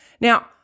Now